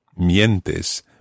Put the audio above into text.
mientes